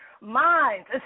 minds